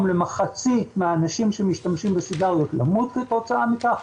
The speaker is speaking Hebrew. למחצית מהאנשים שמשתמשים בסיגריות למות כתוצאה מכך,